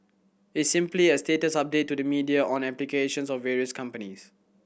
it's simply a status update to the media on applications of various companies